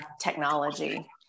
technology